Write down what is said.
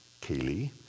Kaylee